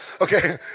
Okay